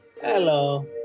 hello